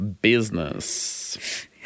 business